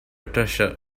treasure